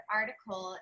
article